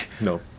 no